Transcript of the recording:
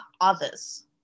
others